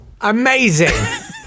amazing